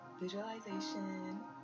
visualization